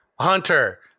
Hunter